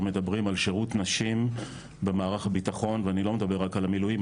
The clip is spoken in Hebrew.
מדברים על שירות נשים במערך הביטחון ואני לא מדבר רק על המילואים,